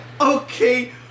okay